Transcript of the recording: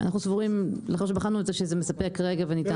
אנחנו סבורים לאחר שבחנו את זה, שזה מספק וניתן.